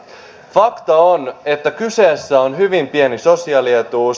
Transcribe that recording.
fakta on että kyseessä on hyvin pieni sosiaalietuus